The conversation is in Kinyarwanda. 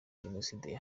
jenoside